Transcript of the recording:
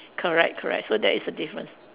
correct correct so that is a difference